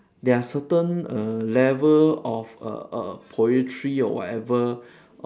there are certain err level of err err poetry or whatever